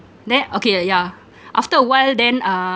then okay uh yeah after a while then uh